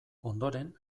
ondoren